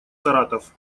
саратов